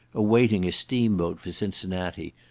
awaiting a steam-boat for cincinnati,